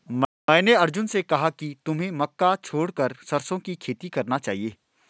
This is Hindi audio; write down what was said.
मैंने अर्जुन से कहा कि तुम्हें मक्का छोड़कर सरसों की खेती करना चाहिए